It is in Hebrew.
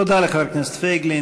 תודה לחבר הכנסת פייגלין.